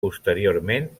posteriorment